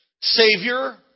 Savior